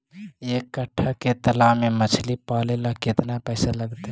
एक कट्ठा के तालाब में मछली पाले ल केतना पैसा लगतै?